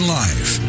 life